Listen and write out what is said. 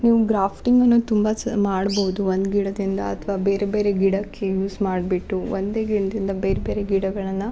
ನೀವು ಗ್ರಾಫ್ಟಿಂಗ್ ಅನ್ನೋದು ತುಂಬ ಚ ಮಾಡ್ಬೋದು ಒಂದು ಗಿಡದಿಂದ ಅಥ್ವಾ ಬೇರೆ ಬೇರೆ ಗಿಡಕ್ಕೆ ಯೂಸ್ ಮಾಡಿಬಿಟ್ಟು ಒಂದೇ ಗಿಡದಿಂದ ಬೇರೆ ಬೇರೆ ಗಿಡಗಳನ್ನು